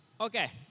Okay